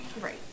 Right